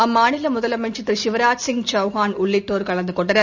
அம்மாநில முதலமைச்சர் திரு சிவ்ராஜ்சிங் சௌஹான் உள்ளிட்டோர் கலந்து கொண்டனர்